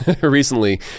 recently